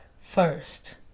first